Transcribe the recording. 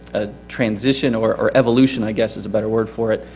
ah transition or or evolution i guess is a better word for it,